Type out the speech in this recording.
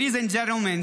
Ladies and gentlemen,